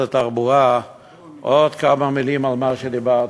התחבורה עוד כמה מילים על מה שדיברתי.